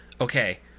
okay